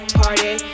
party